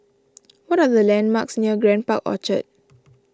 what are the landmarks near Grand Park Orchard